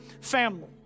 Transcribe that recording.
family